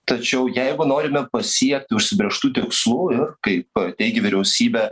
tačiau jeigu norime pasiekti užsibrėžtų tikslų ir kaip teigia vyriausybė